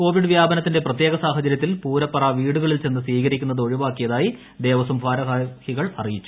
Covid വ്യാപനത്തിന്റെ പ്രത്യേക സാഹചര്യത്തിൽ പൂരപ്പറ വീടുകളിൽ ചെന്ന് സ്വീകരിക്കുന്നത് ഒഴിവാക്കിയതായി ദേവസ്വം ഭാരവാഹികൾ അറിയിച്ചു